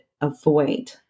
avoid